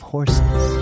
Horses